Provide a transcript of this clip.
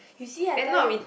you see I tell you